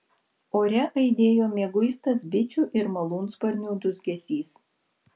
ore aidėjo mieguistas bičių ir malūnsparnių dūzgesys